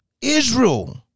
Israel